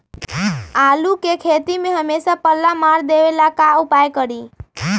आलू के खेती में हमेसा पल्ला मार देवे ला का उपाय करी?